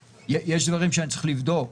יש דברים שאני צריך לבדוק,